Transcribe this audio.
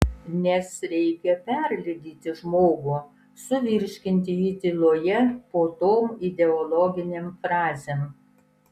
nes reikia perlydyti žmogų suvirškinti jį tyloje po tom ideologinėm frazėm